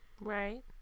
Right